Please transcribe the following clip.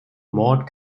mord